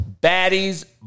baddies